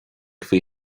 faoi